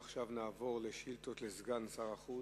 נעבור לשאילתות לסגן שר החוץ.